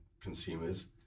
consumers